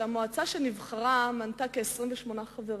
המועצה שנבחרה מנתה 28 חברים,